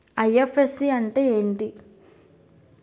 IFSC అంటే ఏమిటి?